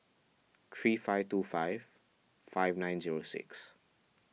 three five two five five nine zero six